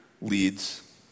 leads